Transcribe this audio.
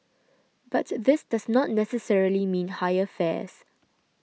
but this does not necessarily mean higher fares